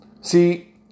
See